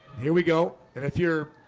here we go and if you're